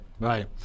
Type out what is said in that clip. right